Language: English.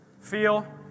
feel